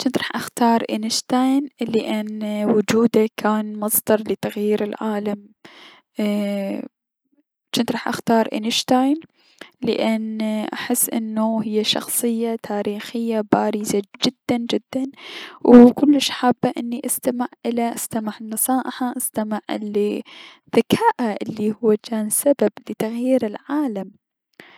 جنت راح اختار انشتاين لأن وجوده كان مصدر لتغيير العالم جنت راح اختار انشتاين لأن احس انه هي شخصية تاريخية بارزة جدا جدا و كلش حابه اني استمع الى استمع نصائحه استمع لذكاءه الي هو جان سبب بتغيير العالم.